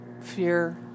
fear